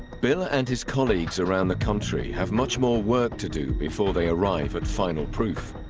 bill and his colleagues around the country have much more work to do before they arrive at final proof